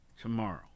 tomorrow